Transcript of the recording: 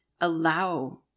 allow